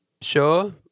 sure